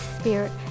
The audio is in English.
Spirit